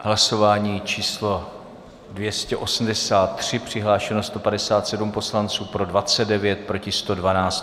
Hlasování číslo 283, přihlášeno 157 poslanců, pro 29, proti 112.